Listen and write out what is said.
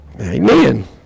Amen